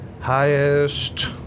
highest